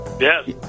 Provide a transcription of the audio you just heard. Yes